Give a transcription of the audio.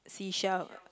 seashell